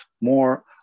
more